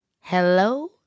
Hello